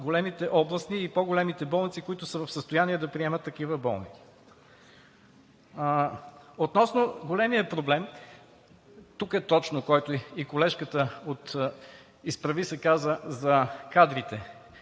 големите областни и по-големите болници, които са в състояние да приемат такива болни. Относно големия проблем – тук точно и колежката от „Изправи се!“ каза за кадрите.